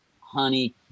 honey